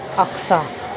اقصی